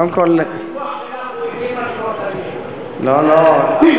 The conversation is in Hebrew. קודם כול, לא, לא.